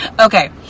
Okay